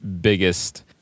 biggest